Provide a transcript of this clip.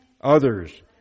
others